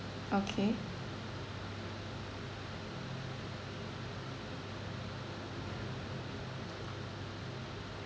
okay